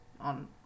on